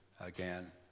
again